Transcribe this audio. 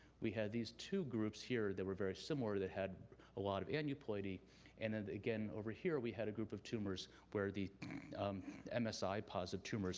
we had these two groups here that were very similar that had a lot of aneuploidy and and again over here we had a group of tumors where the um msi ah positive tumors